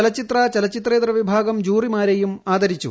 ചലച്ചിത്ര ചലച്ചിത്രേതര വിഭാഗം ജൂറിമാരേയും ആദരിച്ചു